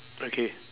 okay